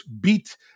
beat